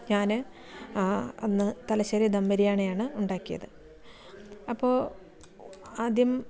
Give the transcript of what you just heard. ഞാൻ അന്ന് തലശ്ശേരി ദം ബിരിയാണിയാണ് ഉണ്ടാക്കിയത് അപ്പോൾ ആദ്യം